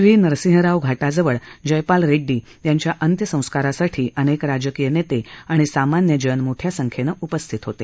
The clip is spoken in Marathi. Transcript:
व्ही नरसिंहराव घाटाजवळ जयपाल रेड़डी यांच्या अंत्यसंस्कारासाठी अनेक राजकीय नेते आणि सामान्यजन मोठया संख्येनं उपस्थित होते